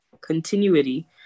continuity